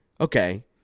Okay